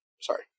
Sorry